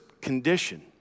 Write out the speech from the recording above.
condition